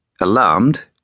Alarmed